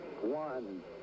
one